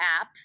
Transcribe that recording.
app